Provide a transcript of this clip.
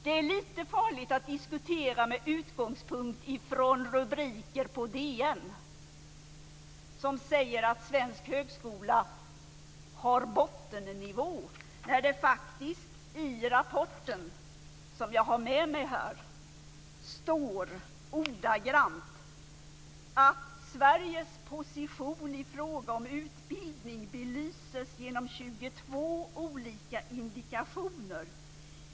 Det är lite farligt att diskutera med utgångspunkt från rubriker i DN som säger att svensk högskola har bottennivå. I rapporten, som jag har med mig här, står det ordagrant att Sveriges position i fråga om utbildning belyses genom 22 olika indikatorer.